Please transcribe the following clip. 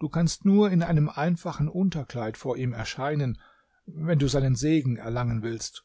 du kannst nur in einem einfachen unterkleid vor ihm erscheinen wenn du seinen segen erlangen willst